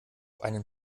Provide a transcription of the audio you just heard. einen